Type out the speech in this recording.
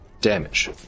damage